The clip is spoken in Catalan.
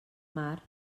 mar